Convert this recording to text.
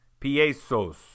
Piesos